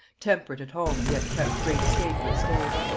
temp'rate at home, yet kept great state with stay,